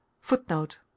Footnote